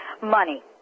money